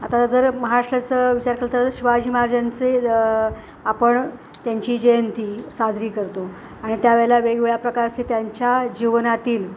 आता जर महाराष्ट्राचं विचार केलं तर शिवाजी महाराजांचे आपण त्यांची जयंती साजरी करतो आणि त्यावेळेला वेगवेगळ्या प्रकारचे त्यांच्या जीवनातील